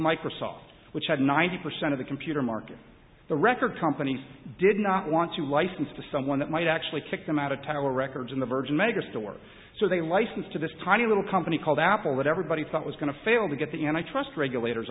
microsoft which had ninety percent of the computer market the record companies did not want to license to someone that might actually kick them out of tower records in the virgin megastore so they licensed to this tiny little company called apple that everybody thought was going to fail to get the and i trust regulators